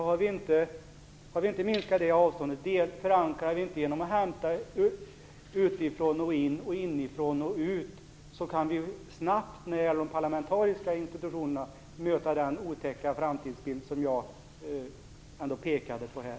Om vi inte minskar det avståndet, kan vi när det gäller de parlamentariska institutionerna snabbt möta den otäcka framtidsbild som jag pekade på här.